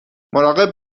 مراقب